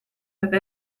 have